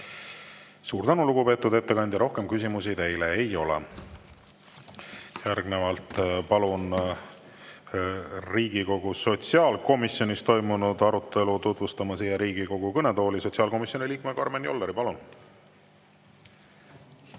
Suur tänu, lugupeetud ettekandja! Rohkem küsimusi teile ei ole. Järgnevalt palun Riigikogu sotsiaalkomisjonis toimunud arutelu tutvustama siia Riigikogu kõnetooli sotsiaalkomisjoni liikme Karmen Jolleri. Palun!